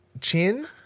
chin